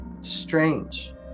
strange